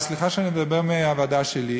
וסליחה שאני מדבר מהוועדה שלי,